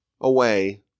away